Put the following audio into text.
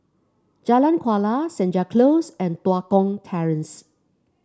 Jalan Kuala Senja Close and Tua Kong Terrace